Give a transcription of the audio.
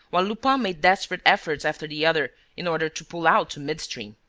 while lupin made desperate efforts after the other, in order to pull out to mid-stream.